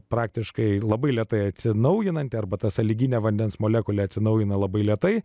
praktiškai labai lėtai atsinaujinanti arbata sąlyginė vandens molekulė atsinaujina labai lėtai